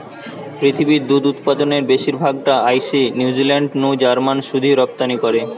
পৃথিবীর দুধ উতপাদনের বেশির ভাগ টা আইসে নিউজিলান্ড নু জার্মানে শুধুই রপ্তানি করে